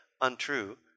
untrue